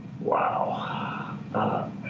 Wow